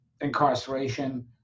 incarceration